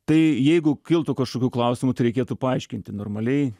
tai jeigu kiltų kažkokių klausimų tai reikėtų paaiškinti normaliai